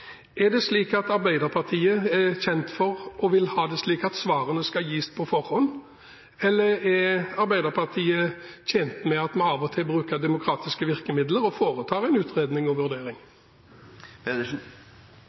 Er det slik at Arbeiderpartiet er kjent for – og vil ha det slik – at svarene skal gis på forhånd, eller er Arbeiderpartiet tjent med at vi av og til bruker demokratiske virkemidler og foretar en utredning og vurdering?